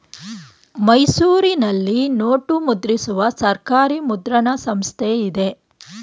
ಮೈಸೂರಿನಲ್ಲಿ ನೋಟು ಮುದ್ರಿಸುವ ಸರ್ಕಾರಿ ಮುದ್ರಣ ಸಂಸ್ಥೆ ಇದೆ